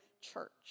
church